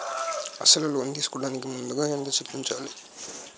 అసలు లోన్ తీసుకోడానికి ముందుగా ఎంత చెల్లించాలి?